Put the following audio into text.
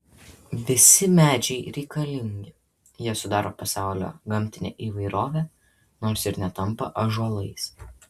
visi medžiai reikalingi jie sudaro pasaulio gamtinę įvairovę nors ir netampa ąžuolais